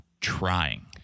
trying